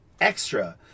extra